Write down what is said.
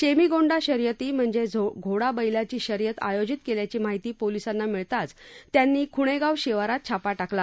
शेमिगोंडा शर्यती म्हणजे घोडा बैलाची शर्यत आयोजित केल्याची माहिती पोलिसांना मिळताच त्यांनी खुणेगाव शिवारात छापा टाकला